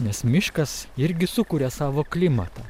nes miškas irgi sukuria savo klimatą